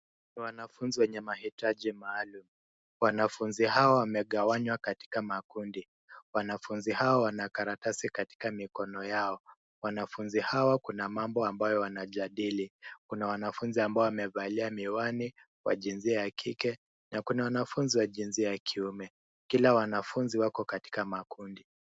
Wanafunzi wenye mahitaji maalum. Wanafunzi hawa wamegawanywa katika makundi. wanafunzi hao wana karatasi katika mikono yao. Wanafunzi hawa kuna mambo ambayo wanajadili. Kuna wanafunzi ambao wamevalia miwani wa jinsia ya kike na kuna wanafunzi wa jinsia ya kiume. Kila wanafunzi wako katika makundi.